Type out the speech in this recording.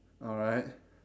alright